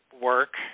work